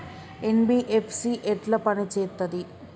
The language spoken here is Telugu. ఎన్.బి.ఎఫ్.సి ఎట్ల పని చేత్తది?